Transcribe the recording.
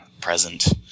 present